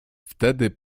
wtedy